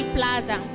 Plaza